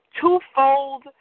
twofold